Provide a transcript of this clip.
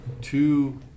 two